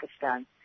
Pakistan